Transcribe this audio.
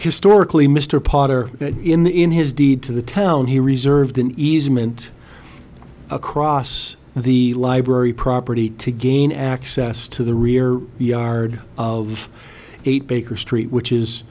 historically mr potter that in the in his deed to the town he reserved an easement across the library property to gain access to the rear yard of eight baker street which is